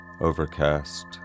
Overcast